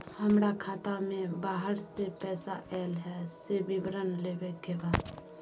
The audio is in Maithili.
हमरा खाता में बाहर से पैसा ऐल है, से विवरण लेबे के बा?